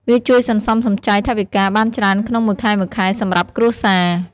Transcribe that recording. វាជួយសន្សំសំចៃថវិកាបានច្រើនក្នុងមួយខែៗសម្រាប់គ្រួសារ។